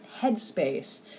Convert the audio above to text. headspace